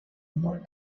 more